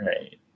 right